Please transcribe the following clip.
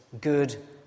good